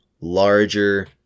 larger